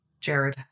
jared